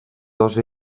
dos